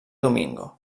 domingo